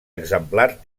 exemplar